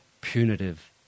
punitive